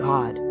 God